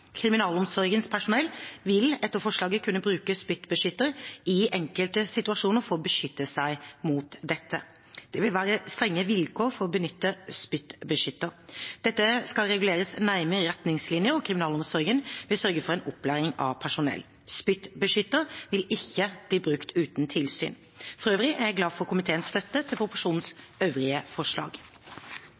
Kriminalomsorgens personell vil etter forslaget kunne bruke spyttbeskytter på en innsatt i enkelte situasjoner for å beskytte seg mot dette. Det vil være strenge vilkår for å benytte spyttbeskytter. Dette skal reguleres nærmere i retningslinjer, og kriminalomsorgen vil sørge for en opplæring av personell. Spyttbeskytter vil ikke bli brukt uten tilsyn. For øvrig er jeg glad for komiteens støtte til proposisjonens øvrige forslag.